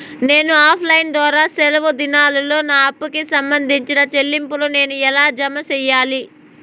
నేను offline ద్వారా సెలవు దినాల్లో నా అప్పుకి సంబంధించిన చెల్లింపులు నేను ఎలా జామ సెయ్యాలి?